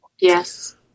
Yes